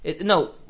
No